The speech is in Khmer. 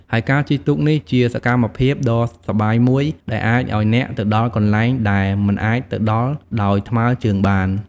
ហើយការជិះទូកនេះជាសកម្មភាពដ៏សប្បាយមួយដែលអាចឲ្យអ្នកទៅដល់កន្លែងដែលមិនអាចទៅដល់ដោយថ្មើរជើងបាន។